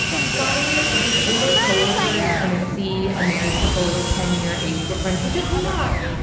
fine, if this older coworker is going to see a married couple with a ten year age difference, which is not,